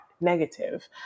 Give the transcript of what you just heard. negative